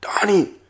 Donnie